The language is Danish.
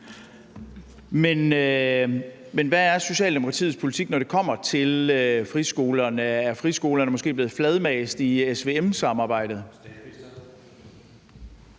Men hvad er Socialdemokratiets politik, når det kommer til friskolerne? Er friskolerne måske blevet fladmast i SVM-samarbejdet?